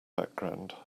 background